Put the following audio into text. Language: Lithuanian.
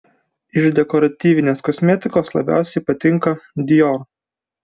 iš dekoratyvinės kosmetikos labiausiai patinka dior